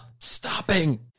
stopping